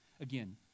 Again